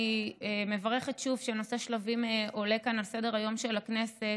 אני מברכת שוב שנושא שלבים עולה כאן על סדר-היום של הכנסת,